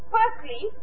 Firstly